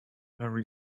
very